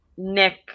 Nick